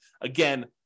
Again